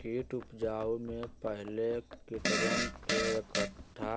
कीट उपजाऊ में पहले कीटवन के एकट्ठा